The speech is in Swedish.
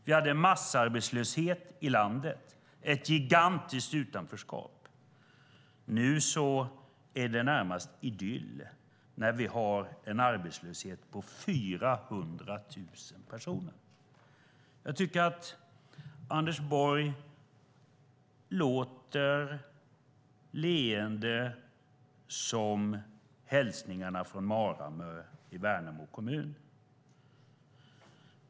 Vi hade massarbetslöshet i landet, ett gigantiskt utanförskap. Nu är det närmast idyll, när vi har en arbetslöshet på 400 000 personer. Jag tycker att Anders Borg låter leende, som hälsningarna från Maramö i Värnamo kommun.